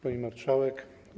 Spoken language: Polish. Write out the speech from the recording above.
Pani Marszałek!